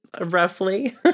roughly